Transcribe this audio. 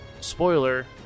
spoiler